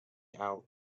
out